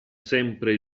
sempre